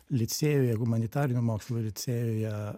licėjuje humanitarinių mokslų licėjuje